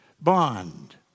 bond